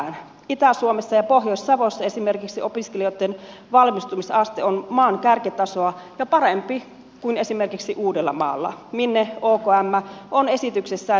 esimerkiksi itä suomessa ja pohjois savossa opiskelijoitten valmistumisaste on maan kärkitasoa ja parempi kuin esimerkiksi uudellamaalla minne okm on esityksessään siirtämässä koulutuspaikkoja